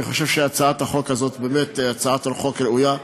אני חושב שהצעת החוק הזאת היא באמת הצעת חוק ראויה.